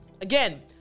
Again